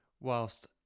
whilst